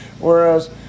whereas